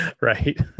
Right